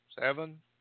Seven